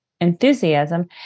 enthusiasm